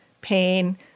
pain